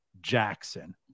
jackson